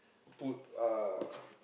put uh